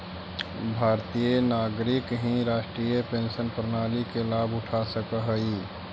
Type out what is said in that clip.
भारतीय नागरिक ही राष्ट्रीय पेंशन प्रणाली के लाभ उठा सकऽ हई